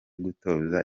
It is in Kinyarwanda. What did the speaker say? gutoza